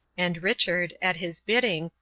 and richard, at his bidding,